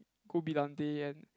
cool brillante and